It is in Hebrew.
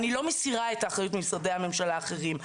אני לא מסירה את האחריות ממשרדי הממשלה האחרים,